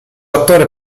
attore